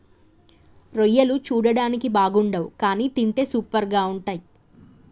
రొయ్యలు చూడడానికి బాగుండవ్ కానీ తింటే సూపర్గా ఉంటయ్